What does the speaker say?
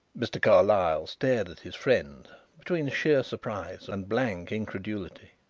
mr. carlyle stared at his friend between sheer surprise and blank incredulity.